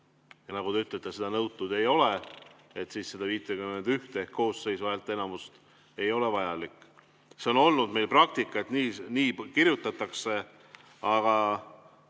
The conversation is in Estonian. ja nagu te ütlete, seda nõutud ei ole –, siis seda 51 häält ehk koosseisu häälteenamust ei ole vaja. See on olnud meie praktika, et nii kirjutatakse. Aga